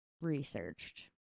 researched